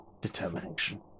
Determination